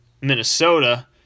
Minnesota